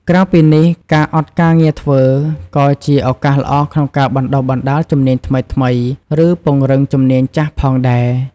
ក្រៅពីនេះ ការអត់ការងារធ្វើក៏ជាឱកាសល្អក្នុងការបណ្តុះបណ្តាលជំនាញថ្មីៗ ឬពង្រឹងជំនាញចាស់ផងដែរ។